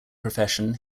profession